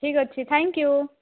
ଠିକ୍ ଅଛି ଥ୍ୟାଙ୍କୟୁ